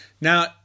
now